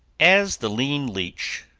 as the lean leech,